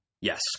Yes